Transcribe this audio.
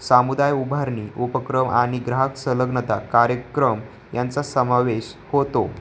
समुदाय उभारणी उपक्रम आणि ग्राहक संलग्नता कार्यक्रम यांचा समावेश होतो